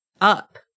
up